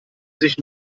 sich